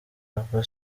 aba